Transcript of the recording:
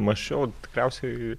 mąsčiau tikriausiai